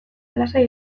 lasai